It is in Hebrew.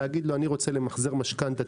לומר לו: אני רוצה למחזר משכנתא,